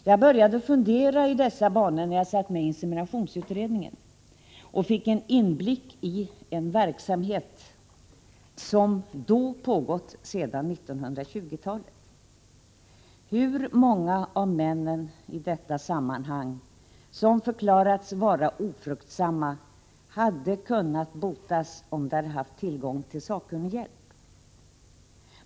Jag började fundera i dessa banor, när jag satt med i inseminationsutredningen och fick inblick i en verksamhet, som då pågått sedan 1920-talet. Hur många av männen i detta sammanhang som förklarats vara ofruktsamma hade kunnat botas, om de hade haft tillgång till sakkunnig hjälp?